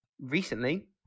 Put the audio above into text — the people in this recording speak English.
recently